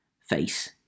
face